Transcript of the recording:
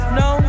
no